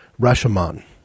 Rashomon